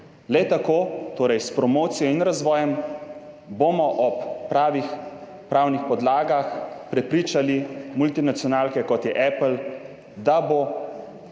Le tako, torej s promocijo in razvojem, bomo ob pravih pravnih podlagah prepričali multinacionalke, kot je Apple, da bodo